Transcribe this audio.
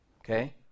okay